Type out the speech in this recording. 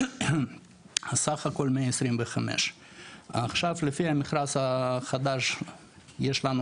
אז סך הכול 125. עכשיו לפי המכרז החדש יש לנו